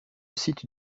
site